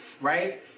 right